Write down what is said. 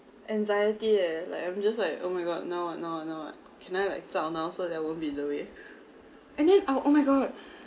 anxiety eh like I'm just like oh my god now what now what now what can I like zao now so that I won't be in the way and then ah oh my god